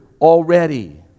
already